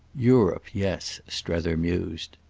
europe yes, strether mused.